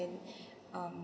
in um